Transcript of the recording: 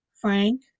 Frank